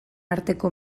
arteko